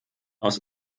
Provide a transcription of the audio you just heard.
aus